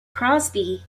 crosby